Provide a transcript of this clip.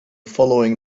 following